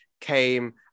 came